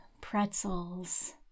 pretzels